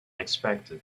expected